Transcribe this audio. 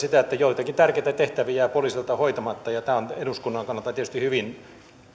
sitä että joitakin tärkeitä tehtäviä jää poliisilta hoitamatta ja tämä on eduskunnan kannalta tietysti hyvin